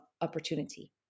opportunity